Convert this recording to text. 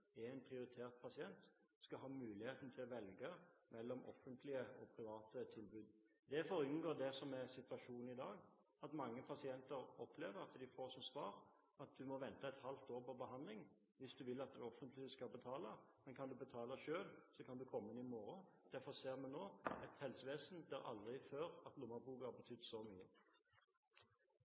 en prioritert pasient som skal ha mulighet til å velge mellom offentlige og private tilbud. Dette er for å unngå det som er situasjonen i dag, nemlig at mange pasienter opplever å få som svar: Du må vente et halvt år på behandling hvis du vil at det offentlige skal betale, men kan du betale selv, kan du komme i morgen. Derfor ser vi nå et helsevesen der lommeboken aldri før har betydd så